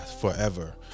Forever